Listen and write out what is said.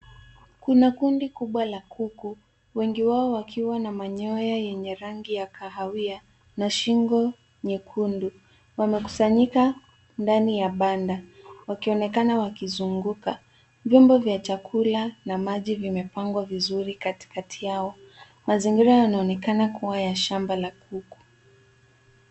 Kundi kubwa la kuku wengi wao wakiwa na manyoya yenye rangi ya kahawia na shingo nyekundu. Wamekusanyika ndani ya banda wakionekana wakizunguka. Vyimbo vya chakula na maji vimepangwa vizuri katikati Yao. Mazingira yanaonekana kuwa ya shamba ya kuku.